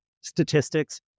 statistics